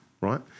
right